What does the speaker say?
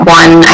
one